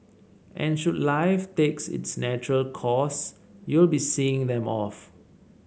and should life takes its natural course you'll be seeing them off